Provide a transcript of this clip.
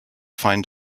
find